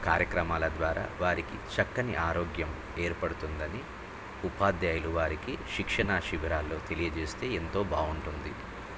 కార్యక్రమాల ద్వారా వారికి చక్కని ఆరోగ్యం ఏర్పడుతుందని ఉపాధ్యాయులు వారికి శిక్షణా శిబరాల్లో తెలియజేస్తే ఎంతో బాగుంటుంది